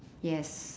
yes